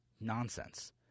Nonsense